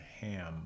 ham